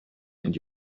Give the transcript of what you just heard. and